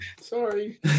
Sorry